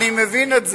אני מבין את זה.